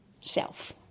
self